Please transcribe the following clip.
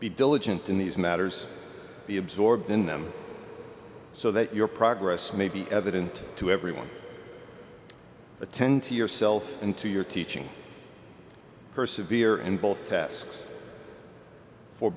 be diligent in these matters be absorbed in them so that your progress may be evident to everyone attend to yourself and to your teaching perseverance and both tasks for